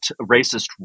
racist